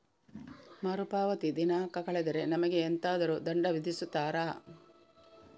ಮರುಪಾವತಿ ದಿನಾಂಕ ಕಳೆದರೆ ನಮಗೆ ಎಂತಾದರು ದಂಡ ವಿಧಿಸುತ್ತಾರ?